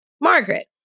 Margaret